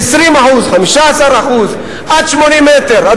20%, 15% עד 80 מ"ר.